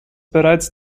bereits